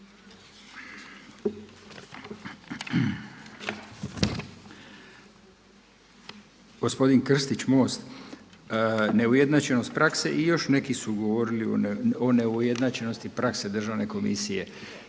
Gospodin Krstić MOST, neujednačenost prakse i još neki su govorili o neujednačenosti prakse državne komisije.